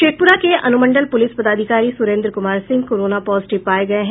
शेखपुरा के अनुमंडल पुलिस पदाधिकारी सुरेन्द्र कुमार सिंह कोरोना पॉजिटिव पाये गये हैं